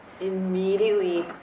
Immediately